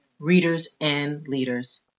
readersandleaders